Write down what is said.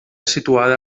situada